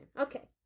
Okay